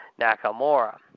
Nakamura